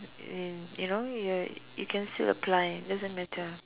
in you know you you can still apply it doesn't matter